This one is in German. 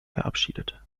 verabschiedet